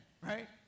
right